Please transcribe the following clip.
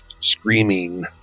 screaming